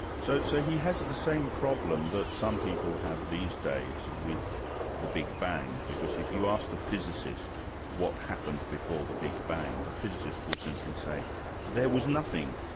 so so he has the same problem that some people have these days with the big bang. because if you asked a physicist what happened before the big bang, the physicist will simply say there was nothing.